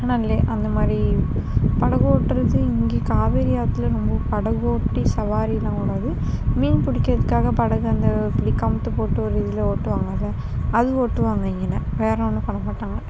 ஆனால் அதுலே அந்தமாதிரி படகோட்டுறது இங்கே காவேரி ஆற்றுல ரொம்போ படகோட்டி சவாரிலாம் ஓடாது மீன் பிடிக்கிறதுக்காக படகை அந்த இப்படி கம்த்து போட்டு ஒரு இதில் ஓட்டுவாங்கள்ல அது ஓட்டுவாங்க இங்கேன வேறு ஒன்றும் பண்ண மாட்டாங்க